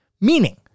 Meaning